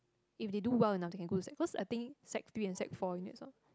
if they do well enough they can go to sec cause I think sec three and sec four you need some